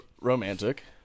romantic